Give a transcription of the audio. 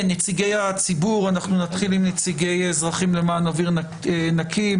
נציגי הציבור אנחנו נתחיל עם נציגי אזרחים למען אוויר נקי,